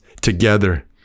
together